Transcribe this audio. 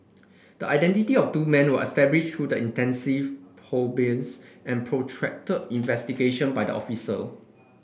the identity of two men were established through intensive probes and protracted investigation by the officer